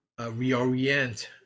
reorient